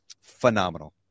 phenomenal